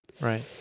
right